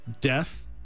death